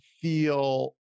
feel